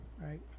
Right